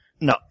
No